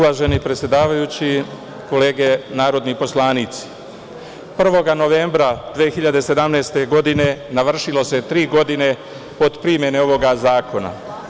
Uvaženi predsedavajući, kolege narodni poslanici, 1. novembra 2017. godine navršilo se tri godine od primene ovog zakona.